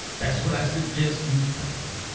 that's what i suggest you fight through.